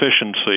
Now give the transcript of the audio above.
efficiency